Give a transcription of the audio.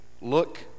Look